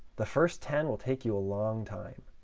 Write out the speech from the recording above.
the first ten will take you a long time.